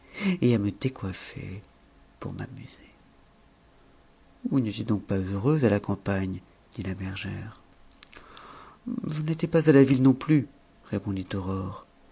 et à me décoiffer pour m'amuser vous n'étiez donc pas heureuse à la campagne dit la bergère je ne l'étais pas à la ville non plus répondit aurore